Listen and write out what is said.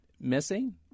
missing